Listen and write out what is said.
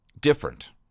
different